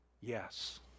Yes